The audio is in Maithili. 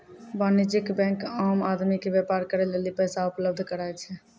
वाणिज्यिक बेंक आम आदमी के व्यापार करे लेली पैसा उपलब्ध कराय छै